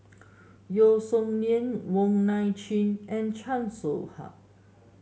Yeo Song Nian Wong Nai Chin and Chan Soh Ha